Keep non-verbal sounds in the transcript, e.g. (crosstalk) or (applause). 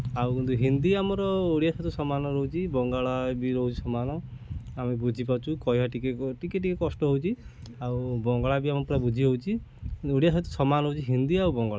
ଆଉ (unintelligible) ହିନ୍ଦୀ ଆମର ଓଡ଼ିଆ ସହିତ ସମାନ ରହୁଛି ବଙ୍ଗଳା ବି ରହୁଛି ସମାନ ଆମେ ବୁଝିପାରୁଛୁ କହିବା ଟିକେ ଟିକେ କଷ୍ଟ ହେଉଛି ଆଉ ବଙ୍ଗଳା ବି ଆମକୁ ପୁରା ବୁଝି ହେଉଛି କିନ୍ତୁ ଓଡ଼ିଆ ସହିତ ସମାନ ହେଉଛି ହିନ୍ଦୀ ଆଉ ବଙ୍ଗଳା